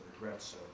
regrets